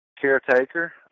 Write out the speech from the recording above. caretaker